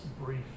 brief